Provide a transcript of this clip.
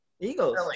Eagles